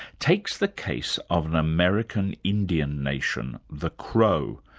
takes the case of an american indian nation, the crow,